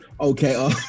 okay